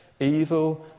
evil